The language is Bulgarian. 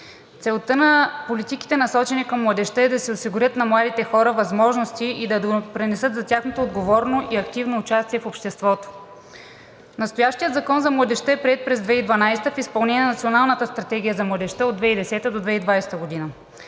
Целта на политиките, насочени към младежта, е да се осигурят на младите хора възможности и да допринесат за тяхното отговорно и активно участие в обществото. Настоящият Закон за младежта е приет през 2012 г. в изпълнение на Националната стратегия за младежта от 2010-а до 2020 г.